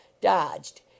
dodged